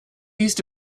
east